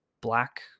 Black